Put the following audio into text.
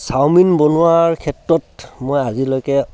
chowmein বনোৱাৰ ক্ষেত্ৰত মই আজিলৈকে